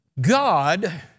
God